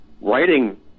writing